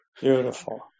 Beautiful